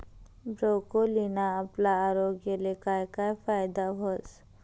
ब्रोकोलीना आपला आरोग्यले काय काय फायदा व्हस